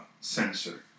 sensor